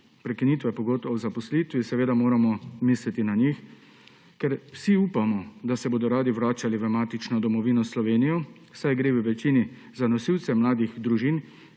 prekinitve pogodb o zaposlitvi, seveda moramo misliti na njih. Ker vsi upamo, da se bodo radi vračali v matično domovino Slovenijo, saj gre v večini za nosilce mladih družin,